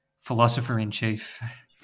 philosopher-in-chief